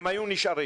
הם היו נשארים.